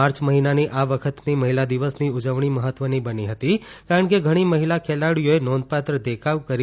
March મહિનાની આ વખતની મહિલા દિવસની ઉજવણી મહત્વની બની હતી કારણ કે ઘણી મહિલા ખેલાડીઓએ નોંધપાત્ર દેખાવ કરી ચંદ્રકો જીત્યા હતા